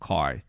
Car